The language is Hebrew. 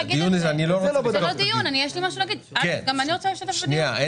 אני רוצה להשתתף בדיון.